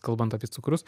kalbant apie cukrus